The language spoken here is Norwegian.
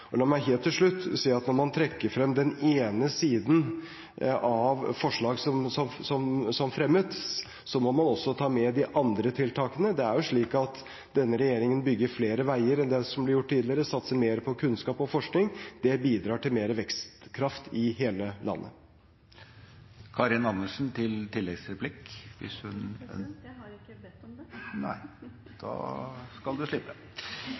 dag. La meg helt til slutt si at når man trekker frem den ene siden av forslag som fremmes, må man også ta med de andre tiltakene. Det er jo slik at denne regjeringen bygger flere veier enn det ble gjort tidligere og satser mer på kunnskap og forskning. Det bidrar til mer vekstkraft i hele landet. Skal vi spreie statleg verksemd ut i landet, treng vi ein dirigent. Eg er veldig glad for at ministeren er villig til å ta på seg det